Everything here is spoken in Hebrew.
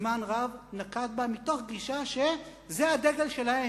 זמן רב מתוך גישה שזה הדגל שלהם.